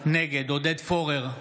נגד עודד פורר,